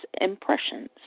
impressions